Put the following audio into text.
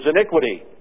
iniquity